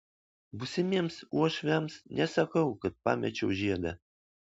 būsimiems uošviams nesakau kad pamečiau žiedą